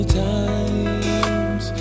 times